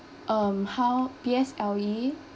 um how P_S_L_E